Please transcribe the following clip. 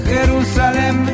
Jerusalem